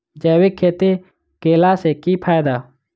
जैविक खेती केला सऽ की फायदा?